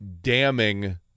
damning